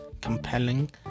compelling